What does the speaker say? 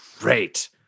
Great